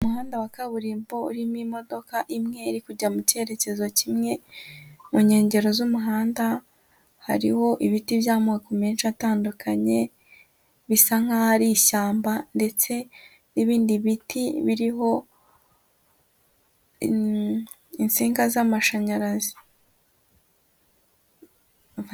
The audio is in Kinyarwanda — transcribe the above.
Umuhanda wa kaburimbo urimo imodoka imwe iri kujya mu cyerekezo kimwe, mu nkengero z'umuhanda hariho ibiti by'amoko menshi atandukanye bisa nk'aho ari ishyamba ndetse n'ibindi biti biri insinga z'amashanyarazi.